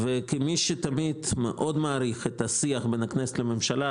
כמי שמאוד מעריך את השיח בין הכנסת לממשלה,